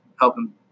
helping